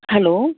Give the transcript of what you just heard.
hello